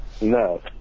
No